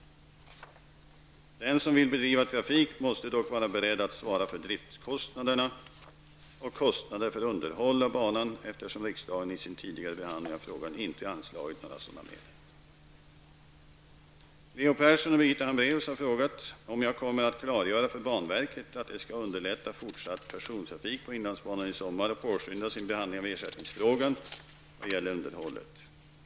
Den som vill bedriva trafik måste dock vara beredd att svara för driftkostnader och kostnader för underhåll av banan, eftersom riksdagen i sin tidigare behandling av frågan inte anslagit några sådana medel. Leo Persson och Birgitta Hambraeus har frågat om jag kommer att klargöra för banverket att det skall underlätta fortsatt persontrafik på inlandsbanan i sommar och påskynda sin behandling av ersättningsfrågan vad gäller underhållet.